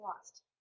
lost